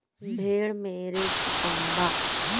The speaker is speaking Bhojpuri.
भेड़ मे रिस्क कम बा